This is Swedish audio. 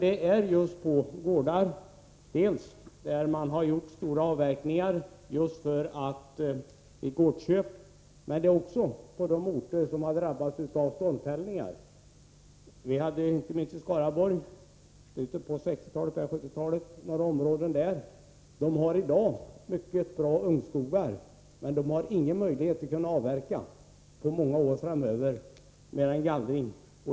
Exemplen gäller gårdar där man har gjort stora avverkningar i samband med gårdsköpet. De gäller också orter där man drabbats av stormfällningar. Inte minst i Skaraborgs län hade vi i slutet på 1960-talet och början på 1970-talet några sådana områden. Där finns i dag mycket bra ungskogar. Men man har ingen möjlighet att avverka annat än genom gallring.